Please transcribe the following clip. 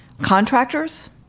contractors